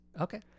Okay